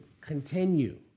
continue